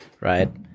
right